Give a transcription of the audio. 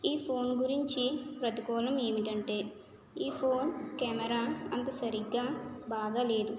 ఈ ఫోన్ గురించి ప్రతికూలం ఏంటంటే ఈ ఫోన్ కెమెరా అంత సరిగ్గా బాగలేదు